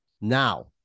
Now